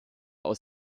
aus